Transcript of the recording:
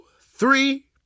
three